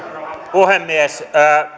puhemies